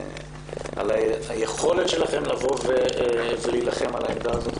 על היכולת שלכן להילחם על העמדה הזאת.